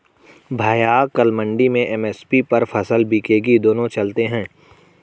भैया कल मंडी में एम.एस.पी पर फसल बिकेगी दोनों चलते हैं